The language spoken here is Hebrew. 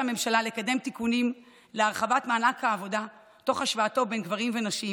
הממשלה לקדם תיקונים להרחבת מענק העבודה תוך השוואתו בין גברים ונשים,